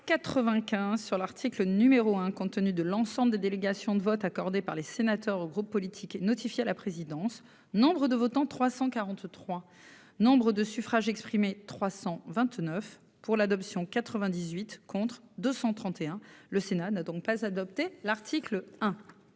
96 sur l'article numéro de compte tenu de l'ensemble des délégations de vote accordé par les sénateurs, groupes politiques et notifié à la présidence. Nombre de votants, 343 Nombre de suffrages exprimés, 330 pour l'adoption, 98 contre 232, le Sénat n'a pas adopté l'article 2.